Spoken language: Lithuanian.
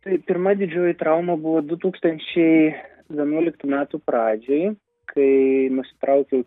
tai pirma didžioji trauma buvo du tūkstančiai vienuoliktų metų pradžioj kai nusitraukiau